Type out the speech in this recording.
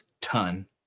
ton